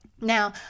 Now